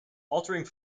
altering